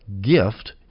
gift